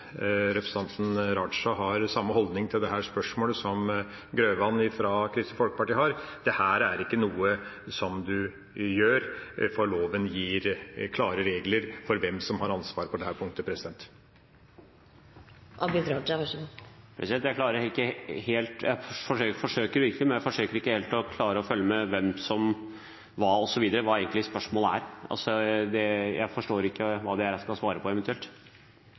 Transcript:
representanten Raja har samme holdning til dette spørsmålet som representanten Grøvan fra Kristelig Folkeparti har: Dette er ikke noe som man gjør, for loven gir klare regler for hvem som har ansvaret på dette punktet. Jeg forsøker virkelig, men jeg klarer ikke helt å følge med på hvem, hva osv. – altså hva spørsmålet egentlig er. Jeg forstår ikke hva det er jeg eventuelt skal svare på.